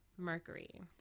mercury